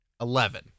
Eleven